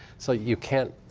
so you can't,